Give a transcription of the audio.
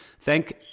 thank